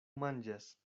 manĝas